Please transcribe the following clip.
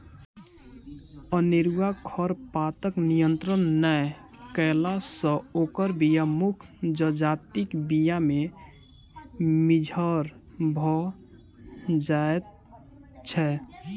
अनेरूआ खरपातक नियंत्रण नै कयला सॅ ओकर बीया मुख्य जजातिक बीया मे मिज्झर भ जाइत छै